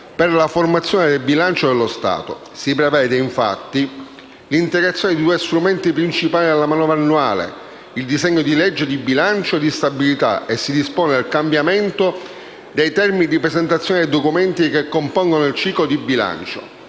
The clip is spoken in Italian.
per la formazione del bilancio dello Stato: si prevede, infatti, l'integrazione dei due strumenti principali della manovra annuale (disegno di legge di bilancio e di stabilità) e si dispone il cambiamento dei tempi di presentazione dei documenti che compongono il ciclo di bilancio